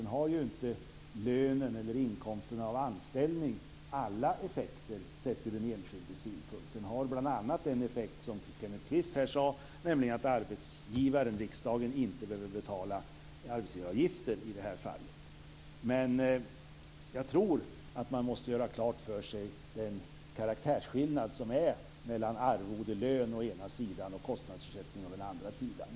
Den har ju inte alla effekter som inkomsten av anställning har sett ur den enskildes synpunkt. Den har bl.a. den effekt som Kenneth Kvist sade, nämligen att arbetsgivaren, riksdagen, inte behöver betala arbetsgivaravgifter för den. Men jag tror att man måste ha klart för sig den karaktärsskillnad som det är mellan arvode eller lön å ena sidan och kostnadsersättning å den andra sidan.